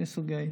שני סוגים.